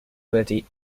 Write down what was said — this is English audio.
ability